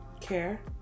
care